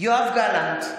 יואב גלנט,